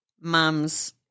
mum's